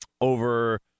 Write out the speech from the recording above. over